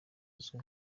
uzwi